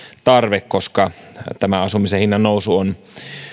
tarve koska asumisen hinnan nousu on